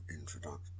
introduction